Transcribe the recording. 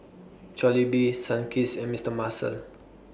Jollibee Sunkist and Mister Muscle